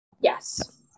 Yes